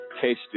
case